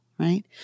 Right